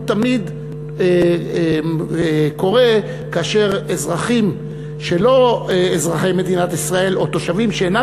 תמיד קורה כאשר אזרחים שהם לא אזרחי מדינת ישראל או תושבים שאינם